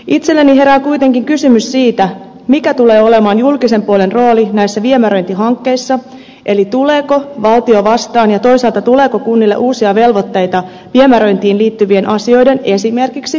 itselläni herää kuitenkin kysymys siitä mikä tulee olemaan julkisen puolen rooli näissä viemäröintihankkeissa eli tuleeko valtio vastaan ja toisaalta tuleeko kunnille uusia velvoitteita viemäröintiin liittyvien asioiden esimerkiksi tiedottamisen suhteen